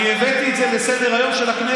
אני הבאתי את זה לסדר-היום של הכנסת.